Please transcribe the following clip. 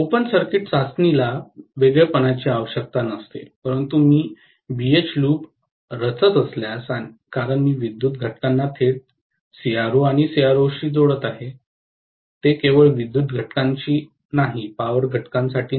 open circuit चाचणीला वेगळ्यापणाची आवश्यकता नसते परंतु मी बीएच लूप रचत असल्यास कारण मी विद्युत घटकांना थेट सीआरओ आणि सीआरओशी जोडत आहे ते केवळ विद्युत घटकांसाठी नाही पॉवर घटकांसाठी नाही